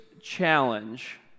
challenge